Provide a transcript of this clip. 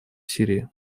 сирии